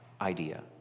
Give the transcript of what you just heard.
Idea